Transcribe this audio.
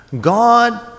God